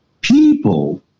people